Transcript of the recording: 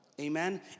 Amen